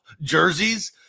jerseys